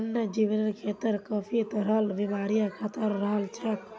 वन्यजीवेर खेतत काफी तरहर बीमारिर खतरा रह छेक